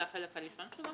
זה החלק הראשון שלו.